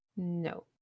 No